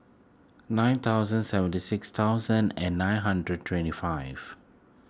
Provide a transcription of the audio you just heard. nine thousand seventy six thousand and nine hundred twenty five